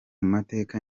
mateka